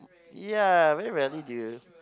yeah very rarely do you